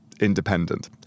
independent